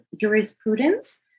jurisprudence